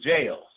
jails